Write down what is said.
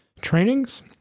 trainings